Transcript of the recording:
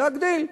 להגדיל.